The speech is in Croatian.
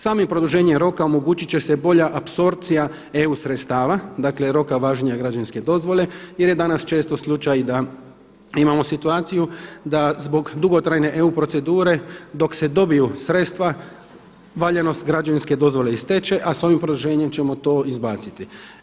Samim produženjem roka omogućiti će se bolja apsorpcija EU sredstava, dakle roka važenja građevinske dozvole jer je danas često slučaj da imamo situaciju da zbog dugotrajne EU procedure dok se dobiju sredstava valjanost građevinske dozvole isteče a sa ovim produženjem ćemo to izbaciti.